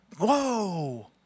Whoa